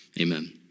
Amen